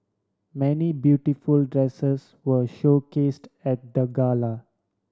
many beautiful dresses were showcased at the gala